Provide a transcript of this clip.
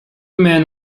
men